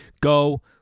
Go